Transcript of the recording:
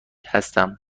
هستم